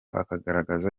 akagaragaza